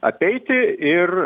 apeiti ir